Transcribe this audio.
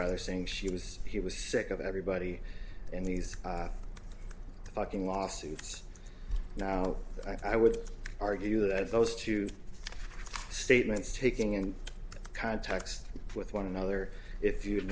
rather saying she was he was sick of everybody in these fucking lawsuits now i would argue that those two statements taking in context with one another if you